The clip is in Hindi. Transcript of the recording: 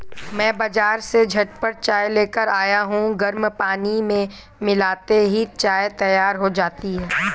मैं बाजार से झटपट चाय लेकर आया हूं गर्म पानी में मिलाते ही चाय तैयार हो जाती है